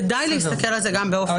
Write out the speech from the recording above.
כדאי להסתכל על זה גם באופן כזה.